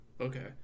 Okay